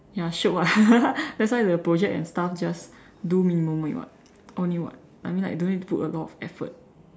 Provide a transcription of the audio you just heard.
ya shiok lah that's why the project and stuff just do minimum weight [what] only what I mean like don't need to put a lot of effort